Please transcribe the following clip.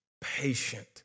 patient